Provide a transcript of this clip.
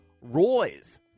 Roy's